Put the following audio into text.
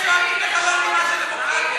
אלה שצועקים לך לא מבינים מה שאתה אומר כאן,